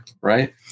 right